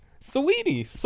Sweetie